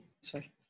Sorry